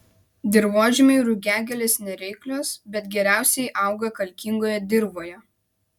dirvožemiui rugiagėlės nereiklios bet geriausiai auga kalkingoje dirvoje